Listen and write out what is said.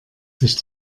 sich